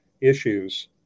issues